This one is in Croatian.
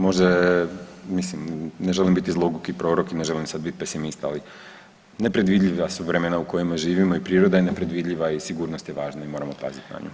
Može, mislim, ne želim biti zloguki prorok i ne želim sad bit pesimista, ali nepredvidljiva su vremena u kojima živimo i priroda je nepredvidljiva i sigurnost je važna i moramo paziti na nju.